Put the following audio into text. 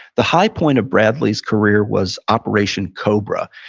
the high point of bradley's career was operation cobra.